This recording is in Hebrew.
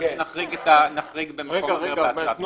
יכול להיות שנחריג במקום אחר בהצעת החוק.